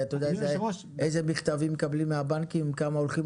אתה יודע איזה מכתבים מקבלים מהבנקים וכמה הולכים